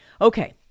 Okay